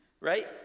right